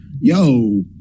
yo